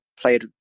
played